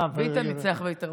ביטן ניצח בהתערבות.